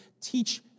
teach